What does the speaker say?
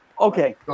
Okay